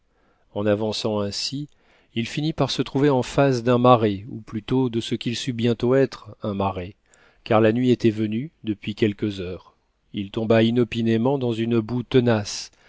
en avançant ainsi il finit par se trouver en face d'un marais ou plutôt de ce qu'il sut bientôt être un marais car la nuit était venue depuis quelques heures il tomba inopinément dans une boue tenace